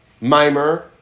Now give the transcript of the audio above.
mimer